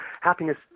happiness